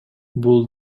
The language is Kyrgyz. бул